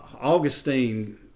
Augustine